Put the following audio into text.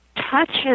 touches